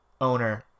owner